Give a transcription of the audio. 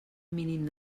mínim